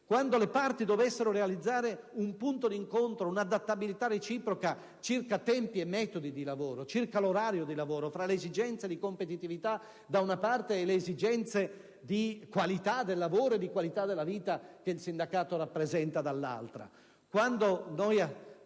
quando le parti dovessero realizzare un punto d'incontro e un'adattabilità reciproca, circa tempi e metodi di lavoro e circa l'orario di lavoro, fra le esigenze di competitività, da una parte, e le esigenze di qualità del lavoro e di qualità della vita che il sindacato rappresenta, dall'altra;